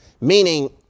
meaning